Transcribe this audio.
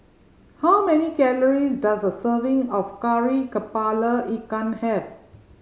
how many calories does a serving of Kari Kepala Ikan have